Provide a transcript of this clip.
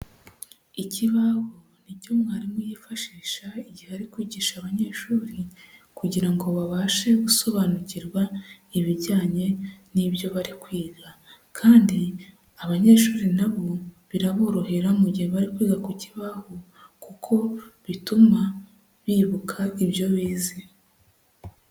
Ikibaho ni cyo mwarimu yifashisha igihe ari kwigisha abanyeshuri kugira ngo babashe gusobanukirwa ibijyanye n'ibyo bari kwiga, kandi abanyeshuri na bo biraborohera mu gihe bari kwiga ku kibaho, kuko bituma bibuka ibyo bize.